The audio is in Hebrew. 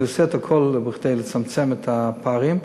הוא יעשה את הכול כדי לצמצם את הפערים,